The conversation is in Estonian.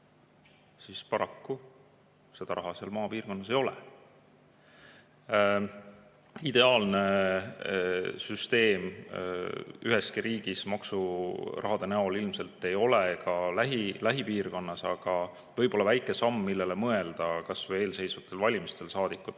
siis paraku seda raha maapiirkondades ei ole. Ideaalne süsteem üheski riigis maksurahade näol ilmselt ei ole, ka lähipiirkonnas mitte. Aga võib-olla väike samm, millele mõelda kas või eelseisvatel valimistel saadikute